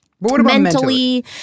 Mentally